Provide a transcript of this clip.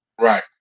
Right